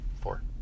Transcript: Four